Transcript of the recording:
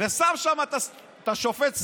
ושם שם את השופט סטרשנוב.